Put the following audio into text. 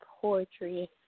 poetry